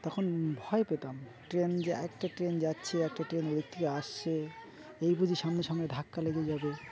তখন ভয় পেতাম ট্রেন যে একটা ট্রেন যাচ্ছে একটা ট্রেন ওইদিক থেকে আসছে এই বুঝি সামনাসামনি ধাক্কা লেগে যাবে